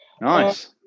Nice